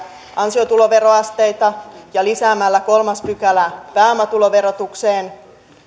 ansiotuloveroasteita ja lisäämällä kolmas pykälä pääomatuloverotukseen